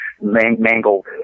mangled